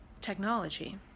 technology